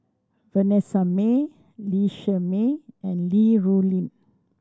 Vanessa Mae Lee Shermay and Li Rulin